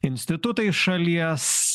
institutai šalies